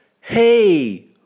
Hey